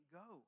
go